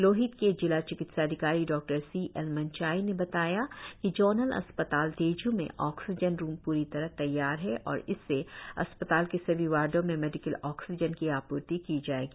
लोहित के जिला चिकित्सा अधिकारी डॉ सी एल मनचाय ने बताया कि जोनल अस्पताल तेजू में ऑक्सीजन रुम पूरी तरह तैयार है और इससे अस्पताल के सभी वार्डो में मेडिकल ऑक्सीजन की आपूर्ति की जाएगी